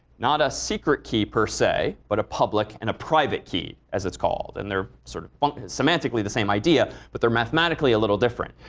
not a secret key per se, but a public and a private key, as it's called. and they're sort of but semantically the same idea, but they're mathematically a little different.